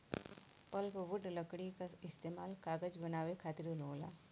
pulpwood लकड़ी क इस्तेमाल कागज बनावे खातिर होला